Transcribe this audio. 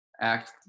act